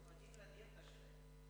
דואגים לדיאטה שלהם.